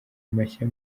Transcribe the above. mashya